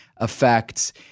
effects